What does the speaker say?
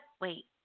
Wait